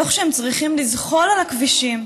תוך שהם צריכים לזחול על הכבישים,